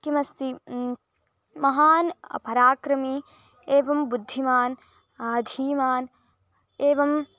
किमस्ति महान् पराक्रमी एवं बुद्धिमान् धीमान् एवम्